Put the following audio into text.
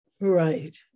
Right